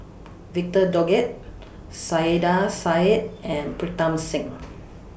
Victor Doggett Saiedah Said and Pritam Singh